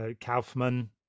Kaufman